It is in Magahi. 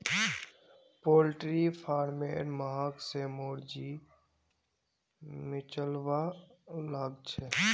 पोल्ट्री फारमेर महक स मोर जी मिचलवा लाग छ